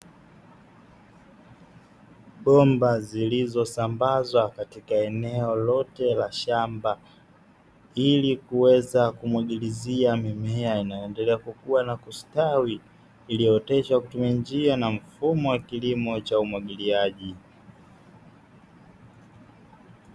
Bomba zilizosambazwa katika eneo lote la shamba, ili kuweza kumwagilizia mimea inayoendelea kukua na kustawi; iliyooteshwa kwa kutumia njia na mfumo wa kilimo cha umwagiliaji.